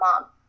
mom